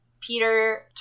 Peter